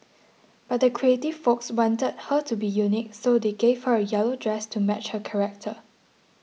but the creative folks wanted her to be unique so they gave her a yellow dress to match her character